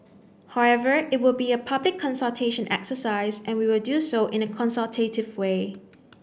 however it will be a public consultation exercise and we will do so in a consultative way